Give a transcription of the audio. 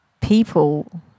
people